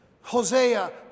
Hosea